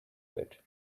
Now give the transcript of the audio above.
bit